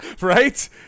right